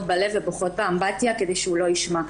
בלב ובוכות באמבטיה כדי שהוא לא ישמע.